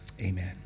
Amen